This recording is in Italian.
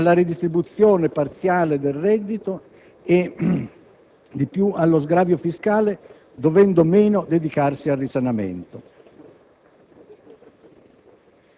alla redistribuzione parziale del reddito ed allo sgravio fiscale, dovendo meno dedicarsi al risanamento.